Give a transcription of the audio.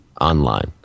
online